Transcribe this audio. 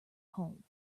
home